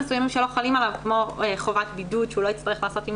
אנחנו מוציאים קול קורא ותוך שבועיים הם צריכים לתת לנו תשובות.